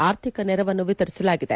ಆರ್ಥಿಕ ನೆರವನ್ನು ವಿತರಿಸಲಾಗಿದೆ